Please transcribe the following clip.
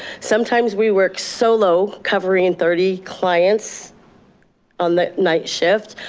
sometimes we work so low, covering and thirty clients on the night shift,